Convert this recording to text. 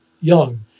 young